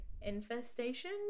infestation